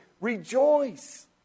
rejoice